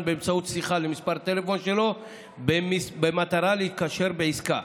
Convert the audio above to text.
באמצעות שיחה למספר הטלפון שלו במטרה להתקשר בעסקה,